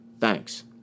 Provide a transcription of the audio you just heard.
Thanks